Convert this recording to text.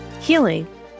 healing